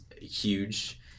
huge